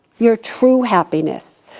your true happiness.